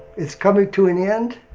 it's coming to an end.